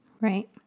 Right